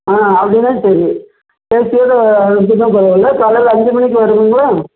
ஆ அப்படின்னா சரி ஏசியோடு எடுத்துக்கிட்டால் பரவாயில்ல காலையில் அஞ்சு மணிக்கு வருவீங்களா